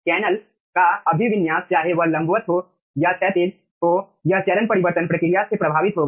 channel का अभिविन्यास चाहे वह लंबवत हो या क्षैतिज हो यह चरण परिवर्तन प्रक्रिया से प्रभावित होगा